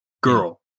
girl